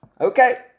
Okay